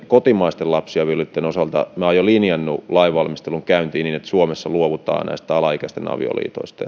kotimaisten lapsiavioliittojen osalta minä olen jo linjannut lainvalmistelun käyntiin niin että suomessa luovutaan alaikäisten avioliitoista